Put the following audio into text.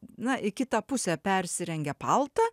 na į kitą pusę persirengia paltą